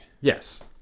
Yes